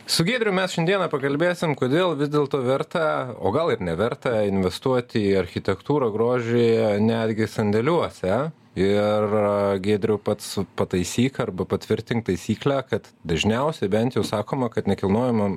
su giedrium mes šiandieną pakalbėsim kodėl vis dėlto verta o gal ir neverta investuoti į architektūrą grožį netgi sandėliuose ir giedriau pats pataisyk arba patvirtink taisyklę kad dažniausiai bent jau sakoma kad nekilnojamam